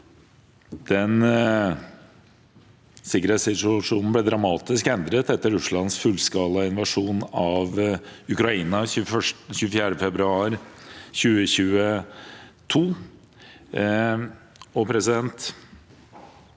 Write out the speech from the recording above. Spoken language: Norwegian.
sikkerhetssituasjonen ble dramatisk endret etter Russlands fullskalainvasjon av Ukraina 24. februar 2022.